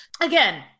Again